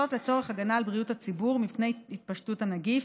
לצורך הגנה על בריאות הציבור מפני התפשטות הנגיף,